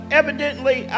evidently